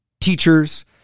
teachers